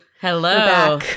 Hello